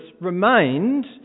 remained